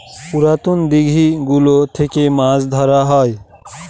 পুরাতন দিঘি গুলো থেকে মাছ ধরা হয়